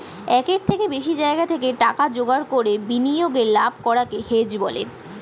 একের থেকে বেশি জায়গা থেকে টাকা জোগাড় করে বিনিয়োগে লাভ করাকে হেজ বলে